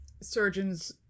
surgeons